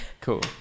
Cool